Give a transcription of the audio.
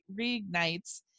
reignites